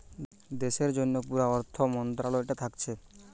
দেশের জন্যে পুরা অর্থ মন্ত্রালয়টা থাকছে